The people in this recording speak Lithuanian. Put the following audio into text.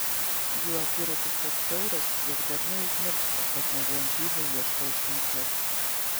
jų akiratis toks siauras jog dažnai užmiršta kad ne vien žydai ieško išminties